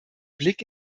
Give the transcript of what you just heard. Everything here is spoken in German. blick